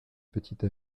petite